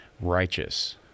righteous